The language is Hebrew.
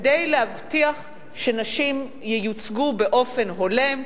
כדי להבטיח שנשים ייוצגו באופן הולם.